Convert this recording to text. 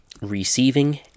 Receiving